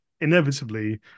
inevitably